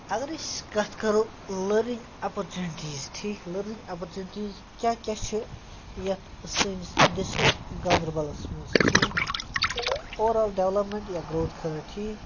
اگر أسۍ کَتھ کَرو لٔرنِنٛگ اَپرچُنٹیٖز ٹھیٖک لٔرنِنٛگ اَپرچُنٹیٖز کیٛاہ کیٛاہ چھِ یَتھ سٲنِس ڈِسٹرٛک گاندربلس منٛز ٹھیٖک اورآل ڈٮ۪ولَپمٮ۪نٹ یا گرٛوتھ خٲطرٕ ٹھیٖک